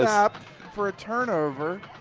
snap for a turnover,